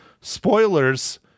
spoilers